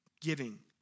giving